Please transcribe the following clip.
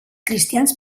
cristians